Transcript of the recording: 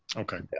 okay. yeah